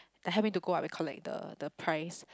I help him to go up and collect the the prize